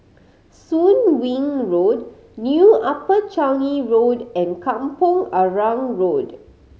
Soon Wing Road New Upper Changi Road and Kampong Arang Road